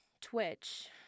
Twitch